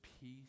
peace